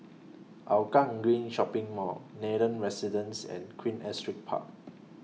Hougang Green Shopping Mall Nathan Residences and Queen Astrid Park